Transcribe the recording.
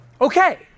okay